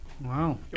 Wow